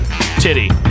Titty